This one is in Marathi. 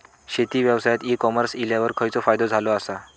शेती व्यवसायात ई कॉमर्स इल्यावर खयचो फायदो झालो आसा?